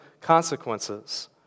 consequences